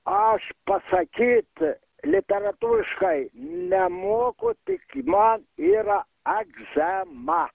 aš pasakyt literatūriškai nemoku tik man yra egzema